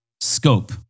scope